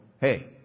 Hey